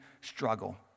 struggle